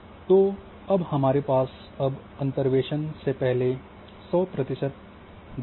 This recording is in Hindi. तो अब हमारे पास अब अंतर्वेशन से पहले सौ प्रतिशत डेटा है